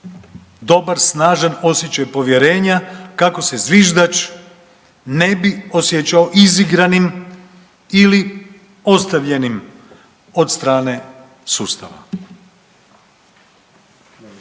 dobar, snažan osjećaj povjerenja kako se zviždač ne bi osjećao izigranim ili ostavljenim od strane sustava.